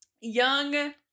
Young